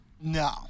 No